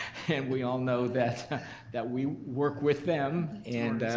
and we all know that that we work with them and